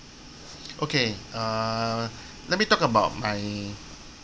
okay err let me talk about my